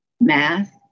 math